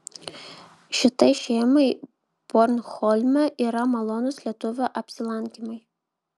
šitai šeimai bornholme yra malonūs lietuvių apsilankymai